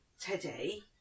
Teddy